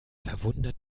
verwundert